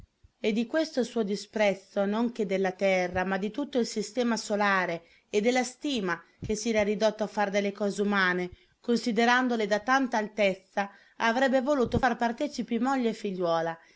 e di questo suo disprezzo non che della terra ma di tutto il sistema solare e della stima che si era ridotto a far delle cose umane considerandole da tanta altezza avrebbe voluto far partecipi moglie e figliuola